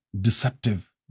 deceptive